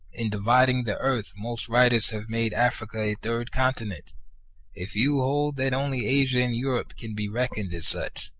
in dividing the earth most writers have made africa a third continent a few hold that only asia and europe can be reckoned as such,